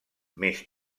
més